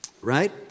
Right